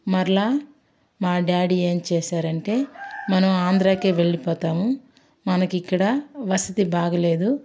మరలా మా డాడీ ఏం చేసారంటే మనం ఆంధ్ర వెళ్ళిపోతాం మనకి ఇక్కడ వసతి బాగలేదు